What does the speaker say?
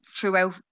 throughout